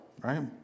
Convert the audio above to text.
right